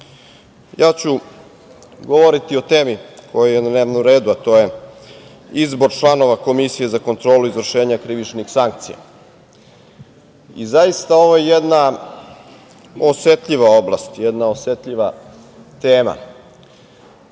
ja ću govoriti o temi koja je na dnevnom redu, a to je izbor članova Komisije za kontrolu izvršenja krivičnih sankcija. Zaista, ovo je jedna osetljiva oblast, jedna osetljiva tema.